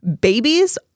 babies